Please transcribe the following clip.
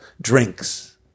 drinks